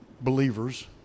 believers